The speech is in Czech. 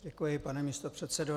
Děkuji, pane místopředsedo.